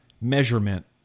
measurement